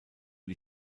die